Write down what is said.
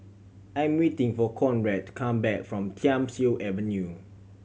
I'm waiting for Conrad to come back from Thiam Siew Avenue